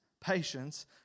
patience